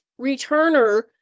returner